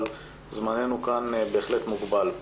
אבל זמננו כאן בהחלט מוגבל.